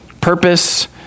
Purpose